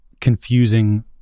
confusing